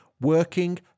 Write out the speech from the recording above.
Working